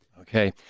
Okay